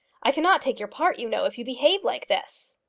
i cannot take your part, you know, if you behave like this.